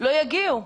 לא יגיעו.